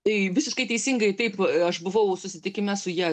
tai visiškai teisingai taip aš buvau susitikime su ja